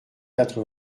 quatre